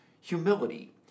humility